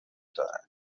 دارد